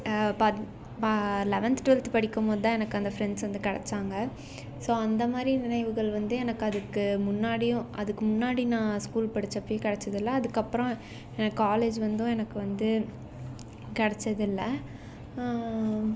பத் பா eleventh twelfth படிக்கும் போது தான் எனக்கு அந்த ஃப்ரெண்ட்ஸ் வந்து கிடச்சாங்க ஸோ அந்த மாதிரி நினைவுகள் வந்து எனக்கு அதுக்கு முன்னாடியும் அதுக்கு முன்னாடி நான் ஸ்கூல் படிச்சப்பையும் கிடைச்சதில்ல அதுக்கப்புறம் எனக்கு காலேஜ் வந்தும் எனக்கு வந்து கிடைச்சதில்ல